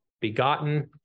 begotten